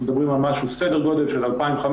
אנחנו מדברים על סדר גודל של 2,500-2,700